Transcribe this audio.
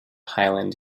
highland